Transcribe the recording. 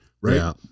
Right